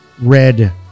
red